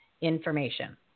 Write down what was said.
information